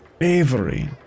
Avery